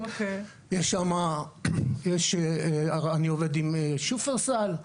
אני עובד עם שופרסל,